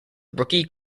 rookie